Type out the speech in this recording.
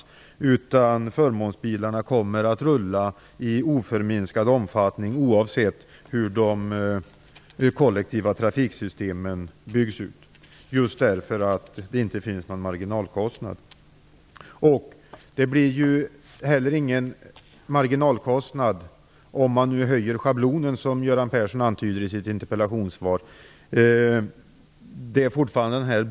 I stället kommer förmånsbilarna att rulla i oförminskad omfattning oavsett hur de kollektiva trafiksystemen byggs ut, just därför att det inte finns någon marginalkostnad. Det blir heller ingen marginalkostnad om man höjer schablonen, som Göran Persson antyder i sitt interpellationssvar.